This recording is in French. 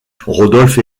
rodolphe